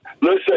Listen